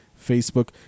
Facebook